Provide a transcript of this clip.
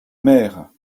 mère